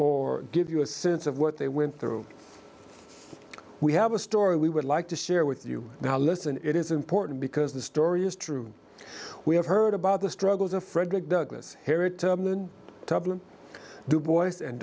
or give you a sense of what they went through we have a story we would like to share with you now listen it is important because the story is true we have heard about the struggles of frederick douglass harriet tubman problem dubois and